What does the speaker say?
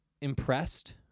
impressed